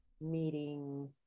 meeting